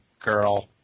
girl